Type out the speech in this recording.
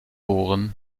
geb